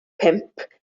pump